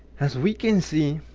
as we can see